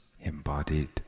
Embodied